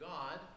God